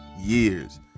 years